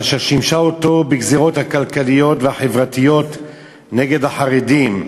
אשר שימשה אותו בגזירות הכלכליות והחברתיות נגד החרדים,